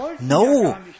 No